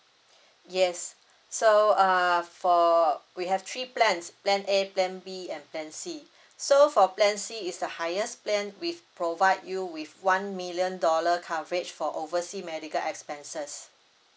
yes so uh for we have three plans plan A plan B and plan C so for plan C is the highest plan we provide you with one million dollar coverage for oversea medical expenses